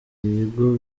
ibigo